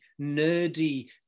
nerdy